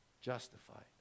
justified